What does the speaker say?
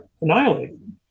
annihilated